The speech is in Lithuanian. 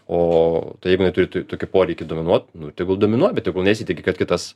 o tai jeigu jinai turi tokį poreikį dominuot nu tegul dominuoja bet tegul nesitiki kad kitas